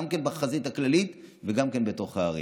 גם בחזית הכללית וגם בתוך הערים.